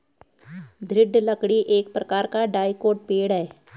दृढ़ लकड़ी एक प्रकार का डाइकोट पेड़ है